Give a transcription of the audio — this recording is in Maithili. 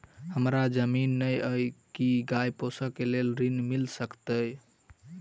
हमरा जमीन नै अई की गाय पोसअ केँ लेल ऋण मिल सकैत अई?